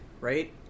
right